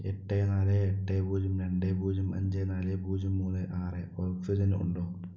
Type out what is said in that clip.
എട്ട് നാല് എട്ട് പൂജ്യം രണ്ട് പൂജ്യം അഞ്ച് നാല് പൂജ്യം മൂന്ന് ആറ് ഓക്സിജൻ ഉണ്ടോ